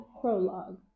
Prologue